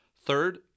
Third